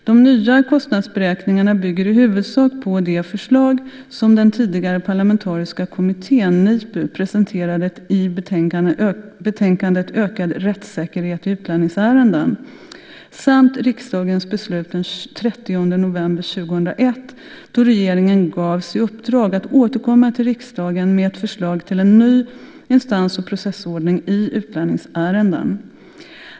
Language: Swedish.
De nya kostnadsberäkningarna bygger i huvudsak på det förslag som den tidigare parlamentariska kommittén, NIPU, presenterade i betänkandet Ökad rättssäkerhet i utlänningsärenden , samt riksdagens beslut den 30 november 2001 då regeringen gavs i uppdrag att återkomma till riksdagen med ett förslag till en ny instans och processordning i utlänningsärenden.